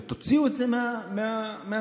ותוציאו את זה מהשר.